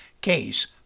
case